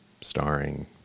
starring